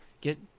Get